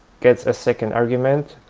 gets a second argument,